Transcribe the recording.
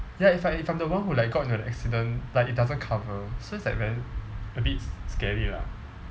ya if I if I'm the one who like got into the accident like it doesn't cover so it's like very a bit scary lah